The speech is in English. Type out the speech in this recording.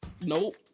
Nope